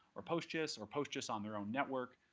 or postgis, or postgis on their own network.